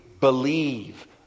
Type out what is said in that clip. believe